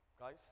Guys